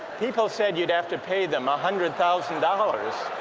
people said you'd have to pay them a hundred thousand dollars